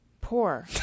Poor